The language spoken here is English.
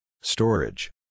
Storage